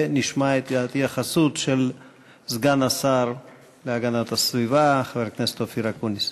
ונשמע את ההתייחסות של סגן השר להגנת הסביבה חבר הכנסת אופיר אקוניס.